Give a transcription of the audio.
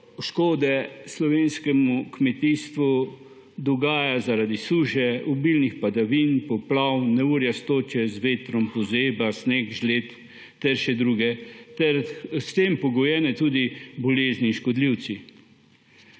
škode slovenskemu kmetijstvu dogaja zaradi suše, obilnih padavin, poplav, neurij s točo, vetrom, pozebe, sneg, žled, s tem so pogojeni tudi bolezni, škodljivci.